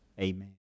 amen